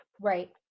Right